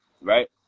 right